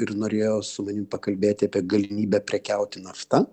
ir norėjo su manim pakalbėti apie galimybę prekiauti nafta